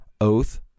oath